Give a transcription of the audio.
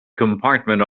compartment